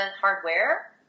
hardware